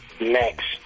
next